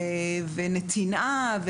נתינה,